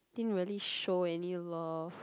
didn't really show any love